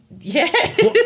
Yes